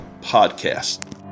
podcast